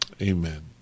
Amen